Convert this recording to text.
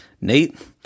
Nate